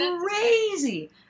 crazy